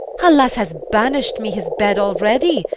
alas, ha's banish'd me his bed already,